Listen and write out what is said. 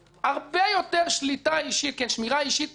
הרבה יותר שמירה אישית לוחצת,